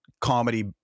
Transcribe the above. comedy